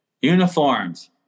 Uniforms